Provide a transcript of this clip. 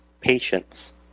patience